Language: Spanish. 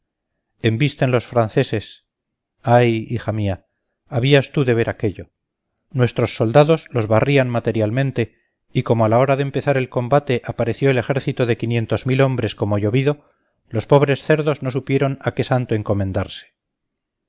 en la cabeza embisten los franceses ay hija mía habías tú de ver aquello nuestros soldados los barrían materialmente y como a la hora de empezar el combate apareció el ejército de quinientos mil hombres como llovido los pobres cerdos no supieron a qué santo encomendarse